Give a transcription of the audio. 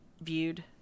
viewed